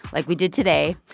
like we did today.